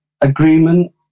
agreement